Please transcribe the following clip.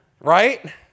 right